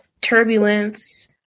turbulence